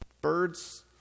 birds